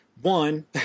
one